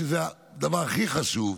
שזה דבר הכי חשוב.